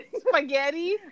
Spaghetti